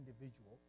individual